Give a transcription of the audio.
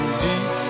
deep